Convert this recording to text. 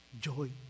joy